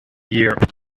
year